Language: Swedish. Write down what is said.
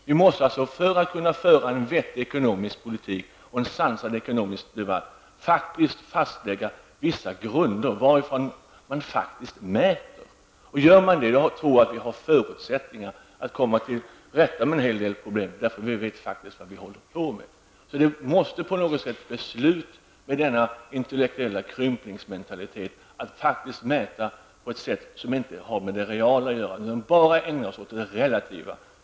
Vi måste för att kunna driva en vettig ekonomisk politik och föra en sansad ekonomisk debatt fastlägga vissa grunder från vilka man mäter. Om vi gör detta, tror jag att vi har förutsättningar att komma till rätta med en hel del problem, eftersom vi vet vad vi håller på med. Det måste på något sätt bli ett slut på denna intellektuella krymplingsmentalitet att mäta på ett sätt som inte har med det reala att göra. Vi bör endast ägna oss åt det relativa.